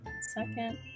Second